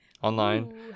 online